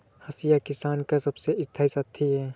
हंसिया किसान का सबसे स्थाई साथी है